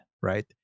right